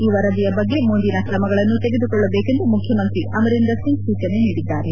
ಈ ವರದಿಯ ಬಗ್ಗೆ ಮುಂದಿನ ಕ್ರಮಗಳನ್ನು ತೆಗೆದುಕೊಳ್ಳಬೇಕೆಂದು ಮುಖ್ಯಮಂತ್ರಿ ಅಮರೀಂದರ್ ಸಿಂಗ್ ಸೂಚನೆ ನೀಡಿದ್ದಾರೆ